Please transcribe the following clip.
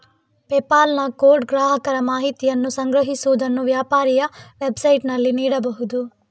PayPal ನ code ಗ್ರಾಹಕರ ಮಾಹಿತಿಯನ್ನು ಸಂಗ್ರಹಿಸುವುದನ್ನು ವ್ಯಾಪಾರಿಯ ವೆಬ್ಸೈಟಿನಲ್ಲಿ ನೀಡಬಹುದು